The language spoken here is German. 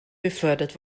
befördert